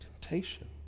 temptation